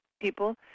people